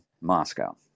Moscow